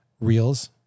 reels